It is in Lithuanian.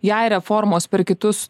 jei reformos per kitus